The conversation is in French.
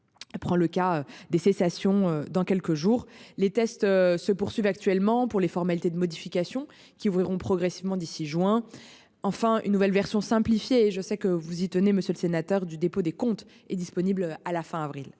prend le cas des cessations dans quelques jours les tests se poursuivent actuellement pour les formalités de modifications qui ouvriront progressivement d'ici juin. Enfin une nouvelle version simplifiée et je sais que vous y tenez monsieur le sénateur du dépôt des comptes est disponible à la fin avril